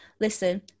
Listen